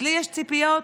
אז לי יש ציפיות